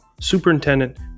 superintendent